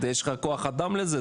יש לך כוח אדם לזה?